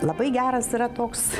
labai geras yra toks